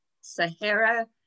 Sahara